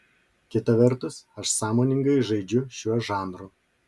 kita vertus aš sąmoningai žaidžiu šiuo žanru